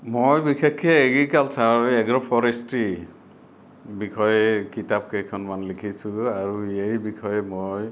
মই বিশেষকে agriculture agroforestry বিষয়ে কিতাপ কেইখনমান লিখিছোঁ আৰু এই বিষয়ে মই